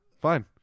fine